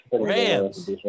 Rams